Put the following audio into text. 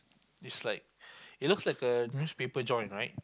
is like it looks like a newspaper joint right